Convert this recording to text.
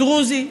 דרוזי,